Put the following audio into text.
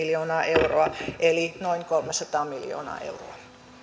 miljoonaa euroa eli noin kolmesataa miljoonaa euroa